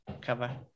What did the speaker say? cover